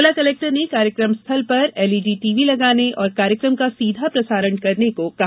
जिला कलेक्टर ने कार्यक्रम स्थल पर एलईडी टीवी लगाने और कार्यक्रम का सीधा प्रसारण करने को कहा